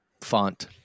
font